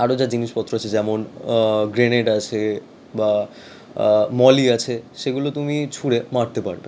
আরও যা জিনিসপত্র আছে যেমন গ্রেনেড আছে বা মলি আছে সেগুলো তুমি ছুঁড়ে মারতে পারবেন